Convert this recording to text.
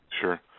Sure